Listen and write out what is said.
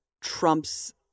Trump's